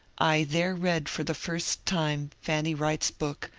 i there read for the first time fanny wright's book,